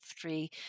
three